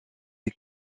est